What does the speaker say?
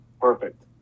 Perfect